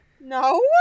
No